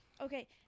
Okay